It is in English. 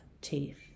teeth